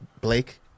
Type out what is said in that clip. Blake